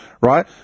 right